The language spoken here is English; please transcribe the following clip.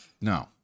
No